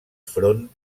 front